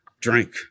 Drink